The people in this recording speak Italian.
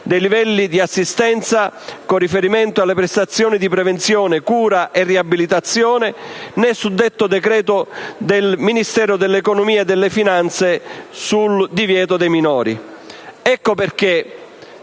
dei livelli di assistenza con riferimento alle prestazioni di prevenzione cura e riabilitazione, né il suddetto decreto del Ministero dell'economia e delle finanze sul divieto relativo ai minori. Ecco perché